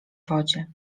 wodzie